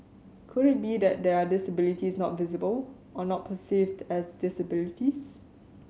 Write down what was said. could it be that there are disabilities not visible or not perceived as disabilities